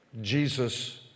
Jesus